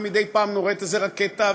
ומדי פעם נורית איזה רקטה,